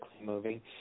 moving